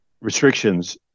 restrictions